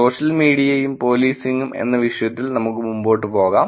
social മീഡിയയും പോലീസിംഗും എന്ന വിഷയത്തിൽ നമുക്ക് മുമ്പോട്ടു പോകാം